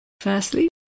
Firstly